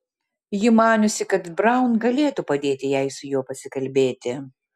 ji maniusi kad braun galėtų padėti jai su juo pasikalbėti